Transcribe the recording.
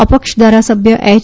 અપક્ષ ધારાસભ્ય એચ